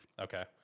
Okay